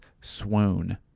swoon